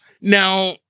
Now